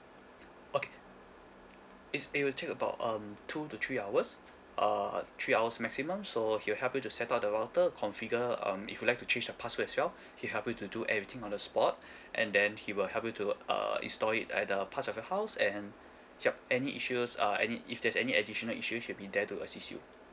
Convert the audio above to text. okay is it will take about um two to three hours uh uh three hours maximum so he'll help you to set up the router configure um if you like to change the password as well he help you to do everything on the spot and then he will help you to uh install it at the parts of your house and yup any issues uh any if there's any additional issues he'll be there to assist you